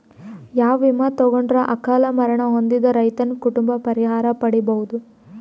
ಯಾವ ವಿಮಾ ತೊಗೊಂಡರ ಅಕಾಲ ಮರಣ ಹೊಂದಿದ ರೈತನ ಕುಟುಂಬ ಪರಿಹಾರ ಪಡಿಬಹುದು?